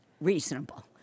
reasonable